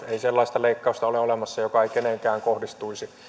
ei sellaista leikkausta ole olemassa joka ei keneenkään kohdistuisi